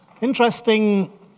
Interesting